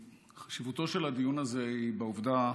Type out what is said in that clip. חשיבותו של הדיון הזה היא בעובדה